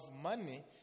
money